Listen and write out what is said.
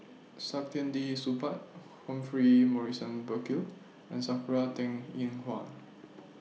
Saktiandi Supaat Humphrey Morrison Burkill and Sakura Teng Ying Hua